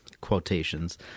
quotations